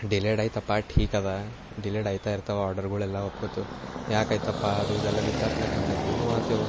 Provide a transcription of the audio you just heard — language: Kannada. ಡಿಲೇಡ್ ಆಯಿತಪ್ಪ ಠೀಕದ ಡಿಲೇಡ್ ಆಯ್ತಾಯಿರ್ತವ ಆರ್ಡರುಗಳೆಲ್ಲ ಒಪ್ಕೊತೆವು ಯಾಕಾಯಿತಪ್ಪಾ ಅದು ಇದೆಲ್ಲ ವಿಚಾರ್ಸ್ಲಕಂತಂದು ನೋಡತೆವು